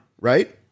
right